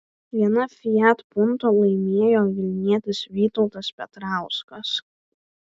vieną fiat punto laimėjo vilnietis vytautas petrauskas